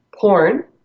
porn